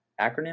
acronym